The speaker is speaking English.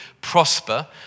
prosper